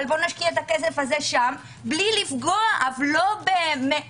אבל נשקיע את הכסף הזה שם מבלי לפגוע אף לא במעט